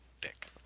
Dick